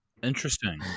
Interesting